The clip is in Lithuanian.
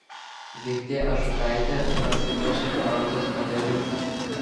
viktė ažukaitė pasipuošė bronzos medaliu